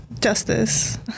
Justice